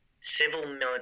civil-military